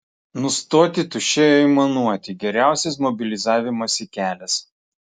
nustoti tuščiai aimanuoti geriausias mobilizavimosi kelias